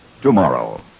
tomorrow